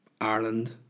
Ireland